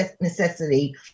necessity